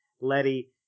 Letty